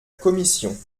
commission